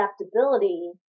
Adaptability